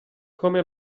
come